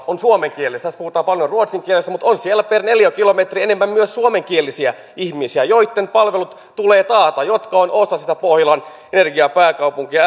on suomenkielisiä tässä puhutaan paljon ruotsin kielestä mutta on siellä per neliökilometri enemmän myös suomenkielisiä ihmisiä joitten palvelut tulee taata ja jotka ovat osa sitä pohjolan energiapääkaupunkia